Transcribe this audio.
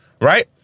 right